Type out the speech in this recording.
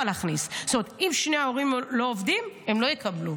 זאת אומרת שאם שני ההורים לא עובדים הם לא יקבלו.